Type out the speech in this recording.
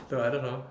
so I don't know